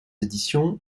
éditions